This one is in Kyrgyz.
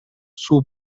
суу